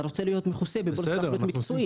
אתה רוצה להיות מכוסה בפוליסת אחריות מקצועית.